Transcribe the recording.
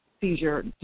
seizure